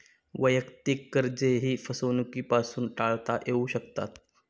वैयक्तिक कर्जेही फसवणुकीपासून टाळता येऊ शकतात